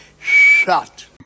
shut